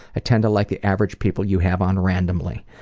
i tend to like the average people you have on randomly.